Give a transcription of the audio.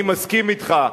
אני מסכים אתך.